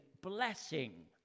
blessing